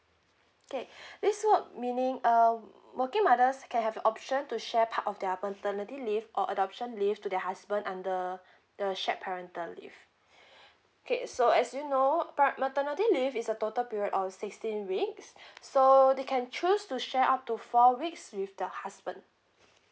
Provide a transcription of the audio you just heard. okay this one meaning um working mothers can have the option to share part of their maternity leave or adoption leave to their husband under the shared parental leave okay so as you know part maternity leave is a total period of sixteen weeks so they can choose to share up to four weeks with the husband